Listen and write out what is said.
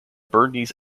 bernese